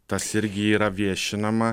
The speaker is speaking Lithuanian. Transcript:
tas irgi yra viešinama